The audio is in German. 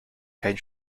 kein